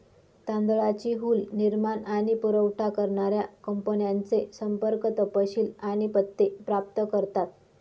तांदळाची हुल निर्माण आणि पुरावठा करणाऱ्या कंपन्यांचे संपर्क तपशील आणि पत्ते प्राप्त करतात